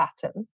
pattern